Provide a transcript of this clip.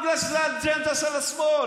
בגלל שזה האג'נדה של השמאל.